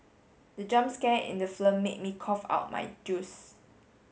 the jump scare in the film made me cough out my juice